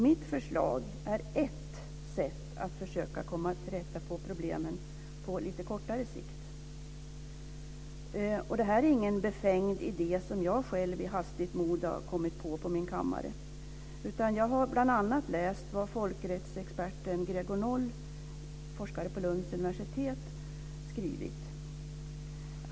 Mitt förslag är ett sätt att försöka komma till rätta med problemen på lite kortare sikt. Det här är ingen befängd idé som jag själv i hastigt mod har kommit på på min kammare, utan jag har bl.a. läst vad folkrättsexperten Gregor Noll, forskare på Lunds universitet, har skrivit.